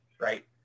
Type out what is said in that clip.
right